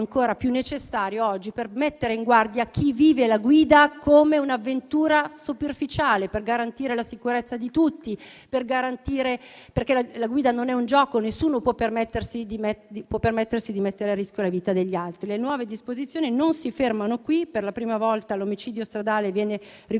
ancora più necessaria oggi per mettere in guardia chi vive la guida come un'avventura superficiale e per garantire la sicurezza di tutti. Infatti, la guida non è un gioco e nessuno può permettersi di mettere a rischio la vita degli altri. Le nuove disposizioni non si fermano qui. Per la prima volta l'omicidio stradale viene riconosciuto